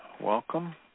welcome